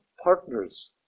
partners